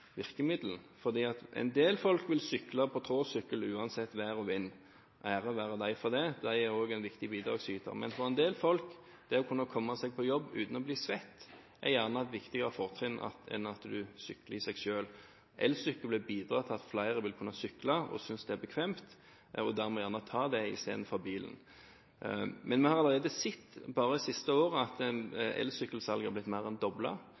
En del folk vil sykle på tråsykkel uansett vær og vind – ære være dem for det, de er også viktige bidragsytere – men for en del folk er det å kunne komme seg på jobb uten å bli svett gjerne et viktigere fortrinn enn syklingen i seg selv. Elsykkel vil bidra til at flere vil kunne sykle og synes det er bekvemt og dermed gjerne ta det istedenfor bil. Men vi har allerede sett bare det siste året at elsykkelsalget har blitt mer enn